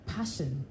passion